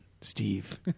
Steve